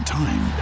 time